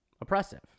oppressive